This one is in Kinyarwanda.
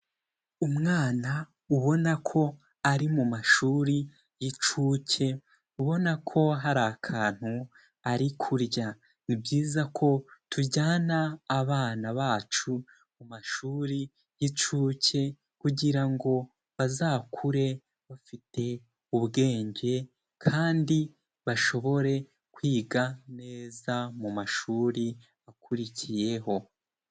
Umwana ubona ko ari mu mashuri y'inshuke, ubona ko hari akantu ari kurya. Ni byiza ko tujyana abana bacu mu mashuri y'inshuke kugira ngo bazakure bafite ubwenge kandi bashobore kwiga neza mu mashuri akurikiyeho.